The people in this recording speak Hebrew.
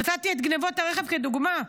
נתתי את גנבות הרכב כדוגמה,